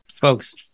Folks